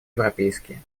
европейские